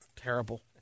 Terrible